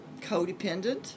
codependent